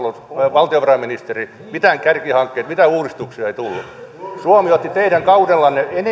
valtiovarainministeri mitään kärkihankkeita mitään uudistuksia ei tullut suomi otti teidän kaudellanne